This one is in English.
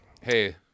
Hey